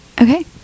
okay